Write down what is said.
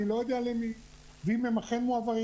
אני לא יודע למי ואם הן אכן מועברות.